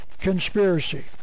conspiracy